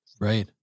Right